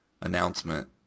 announcement